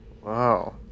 Wow